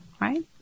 right